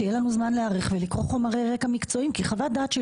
שיהיה לנו זמן להיערך ולקרוא חומרי רקע מקצועיים כי חוות דעת של